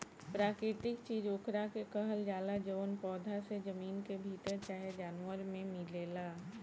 प्राकृतिक चीज ओकरा के कहल जाला जवन पौधा से, जमीन के भीतर चाहे जानवर मे मिलेला